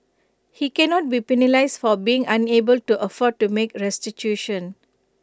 he cannot be penalised for being unable to afford to make restitution